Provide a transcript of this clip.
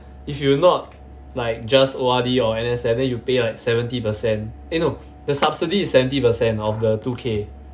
if you not like just O_R_D or N_S_F then you pay like seventy percent eh no the subsidy is seventy percent of the two K